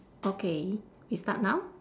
okay we start now